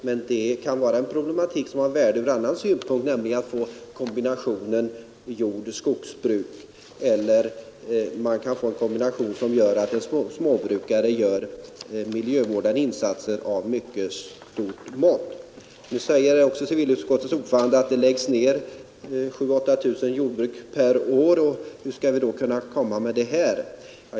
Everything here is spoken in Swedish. Men det kan vara en problematik som är av värde ur annan synpunkt, nämligen när det gäller en kombination jord-skogsbruk eller en kombination som innebär att en småbrukare gör miljövårdande insatser av mycket stora mått. Nu säger civilutskottets ordförande också att det läggs ner 7 000—8 000 jordbruk per år, och hur skall vi då kunna komma med ett sådant här förslag.